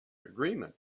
agreement